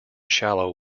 shallow